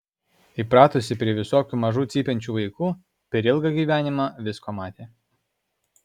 įpratusi prie visokių mažų cypiančių vaikų per ilgą gyvenimą visko matė